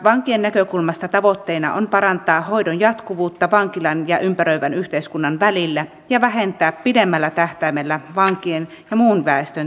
vankien näkökulmasta taas tavoitteena on parantaa hoidon jatkuvuutta vankilan ja ympäröivän yhteiskunnan välillä ja vähentää pidemmällä tähtäimellä vankien ja muun väestön terveyseroja